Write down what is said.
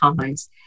times